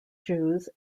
jews